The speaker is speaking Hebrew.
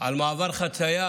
על מעבר חציה.